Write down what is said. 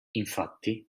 infatti